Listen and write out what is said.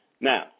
Now